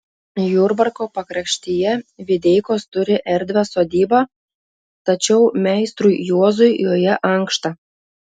jurbarko pakraštyje videikos turi erdvią sodybą tačiau meistrui juozui joje ankšta